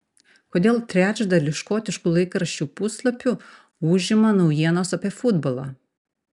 kodėl trečdalį škotiškų laikraščių puslapių užima naujienos apie futbolą